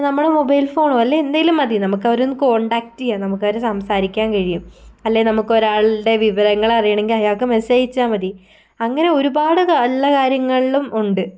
നമ്മുടെ മൊബൈൽ ഫോണോ അല്ലേ എന്തെങ്കിലും മതി നമുക്ക് അവരെ ഒന്ന് കോണ്ടാക്റ്റ് ചെയ്യാം നമുക്ക് അവരെ സംസാരിക്കാൻ കഴിയും അല്ലേ നമുക്ക് ഒരാളുടെ വിവരങ്ങൾ അറിയണമെങ്കിൽ അയാൾക്ക് മെസ്സേജ് അയച്ചാൽ മതി അങ്ങനെ ഒരുപാട് ഉള്ള കാര്യങ്ങൾലും ഉണ്ട്